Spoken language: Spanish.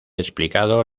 explicado